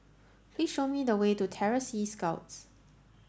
please show me the way to Terror Sea Scouts